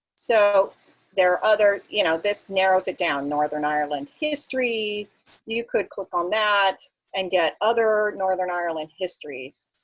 so there are other you know this narrows it down. northern ireland history you could click on that and get other northern ireland histories.